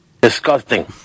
Disgusting